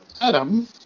Adam